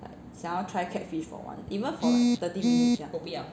想要 try catfish for once even from thirty minutes 这样